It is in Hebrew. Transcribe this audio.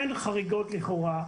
בהן אין חריגות לכאורה,